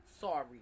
sorry